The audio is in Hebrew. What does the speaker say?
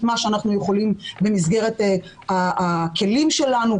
מה שאנחנו יכולים במסגרת הכלים שלנו,